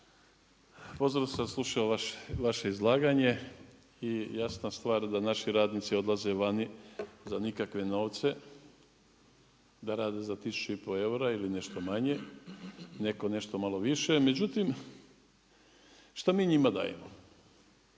pozorno sam slušao vaše izlaganje i jasna stvar da naši radnici odlaze vani za nikakve novce, da rade za tisuću i pol eura ili nešto manje, netko nešto malo više. Međutim, šta mi njima dajemo?